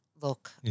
look